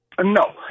No